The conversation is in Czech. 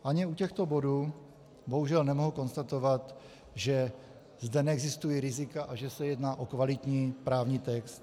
Ani u těchto bodů bohužel nemohu konstatovat, že zde neexistují rizika a že se jedná o kvalitní právní text.